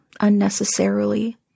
unnecessarily